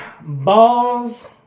balls